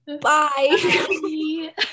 Bye